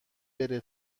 بره